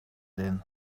then